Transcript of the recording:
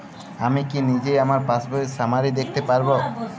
আমি কি নিজেই আমার পাসবইয়ের সামারি দেখতে পারব?